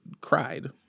cried